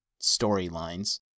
storylines